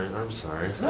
i'm sorry.